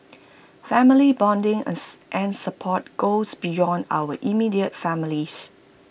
family bonding and support goes beyond our immediate families